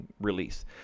release